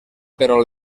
però